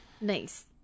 Nice